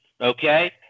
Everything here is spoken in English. okay